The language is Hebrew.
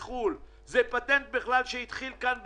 מחו"ל, זה פטנט בכלל שהתחיל כאן בארץ,